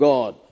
God